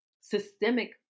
systemic